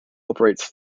operates